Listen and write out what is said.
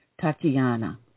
Tatiana